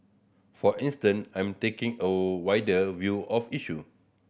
for instance I'm taking a wider view of issue